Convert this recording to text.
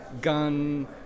gun